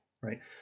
Right